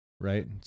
right